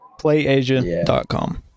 Playasia.com